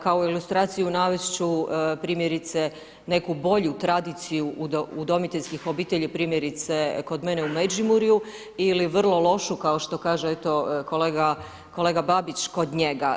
Kao ilustraciju navesti ću primjerice, neku bolju, tradiciju, udomiteljskih obitelji, primjerice, kod mene u Međimurju ili vrlo lošu, kao što kaže eto kolega Babić kod njega.